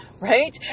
Right